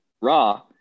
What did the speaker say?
Raw